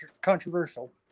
controversial